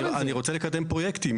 אני רוצה לקדם פרויקטים.